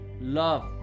love